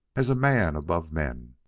as a man above men,